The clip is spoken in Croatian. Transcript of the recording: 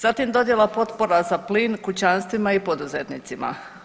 Zatim dodjela potpora za plin kućanstvima i poduzetnicima.